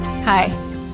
Hi